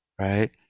right